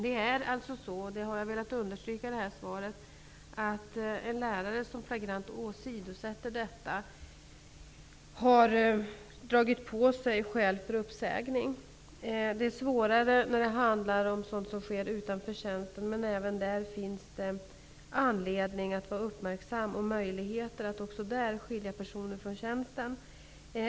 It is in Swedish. Jag har i det här svaret velat understryka att en lärare som flagrant åsidosätter detta har dragit på sig skäl för uppsägning. Det är svårare när det handlar om sådant som sker utanför tjänsten, men även i sådana fall finns det anledning att vara uppmärksam, och även där finns möjligheter att skilja personer från tjänsten.